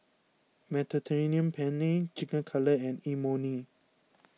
Mediterranean Penne Chicken Cutlet and Imoni